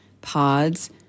pods